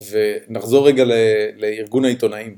ונחזור רגע לארגון העיתונאים.